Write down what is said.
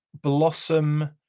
Blossom